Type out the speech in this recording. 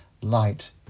light